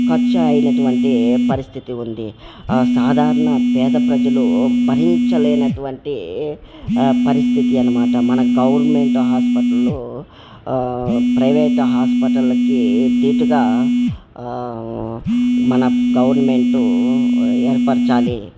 ఖర్చు అయినటువంటి పరిస్థితి ఉంది సాధారణ పేద ప్రజలు భరించలేనటువంటి పరిస్థితి అనమాట మన గవర్నమెంట్ హాస్పిటల్లో ప్రైవేట్ హాస్పిటల్కి ధీటుగా మన గవర్నమెంటు ఏర్పరచాలి